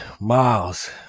Miles